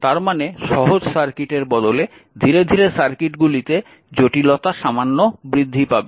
তার মানে সহজ সার্কিটের বদলে ধীরে ধীরে সার্কিটগুলিতে জটিলতা সামান্য বৃদ্ধি পাবে